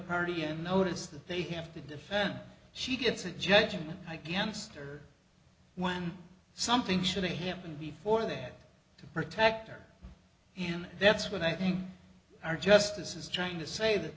party and notice that they have to defend she gets a judgment against or won something should they happen before there to protect her and that's what i think our justice is trying to say that